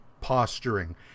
posturing